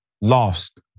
lost